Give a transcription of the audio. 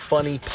Funny